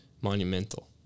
monumental